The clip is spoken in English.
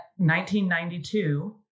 1992